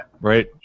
right